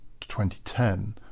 2010